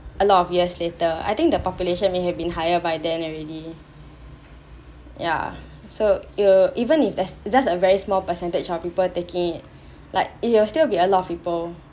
a lot of years later I think the population may have been higher by then already ya so you even if there's just a very small percentage of people taking it like it will still be a lot of people